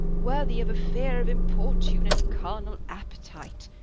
worthy of a fear of importune and carnal appetite.